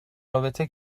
رابطه